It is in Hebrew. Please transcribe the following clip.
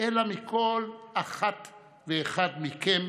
אלא מכל אחת ואחד מכם,